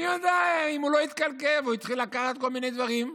מי יודע אם הוא לא התקלקל והוא התחיל לקחת כל מיני דברים?